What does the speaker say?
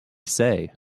say